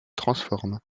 transforment